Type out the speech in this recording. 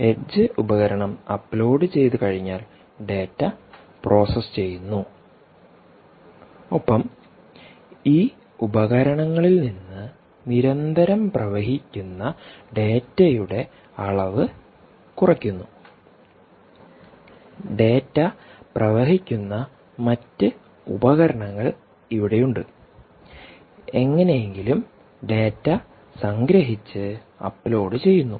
edge ഉപകരണം അപ്ലോഡുചെയ്തുകഴിഞ്ഞാൽ data process ചെയ്യുന്നു ഒപ്പംഈ ഉപകരണങ്ങളിൽ നിന്ന് നിരന്തരം പ്രവഹിക്കുന്ന ഡാറ്റയുടെ അളവ് കുറയ്ക്കുന്നു ഡാറ്റ പ്രവഹിക്കുന്ന മറ്റ് ഉപകരണങ്ങൾ ഇവിടെയുണ്ട്എങ്ങനെയെങ്കിലും ഡാറ്റ സംഗ്രഹിച്ച് അപ്ലോഡു ചെയ്യുന്നു